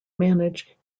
manage